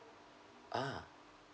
ah